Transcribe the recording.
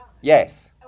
Yes